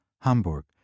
Hamburg